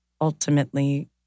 ultimately